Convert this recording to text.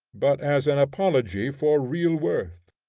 but as an apology for real worth,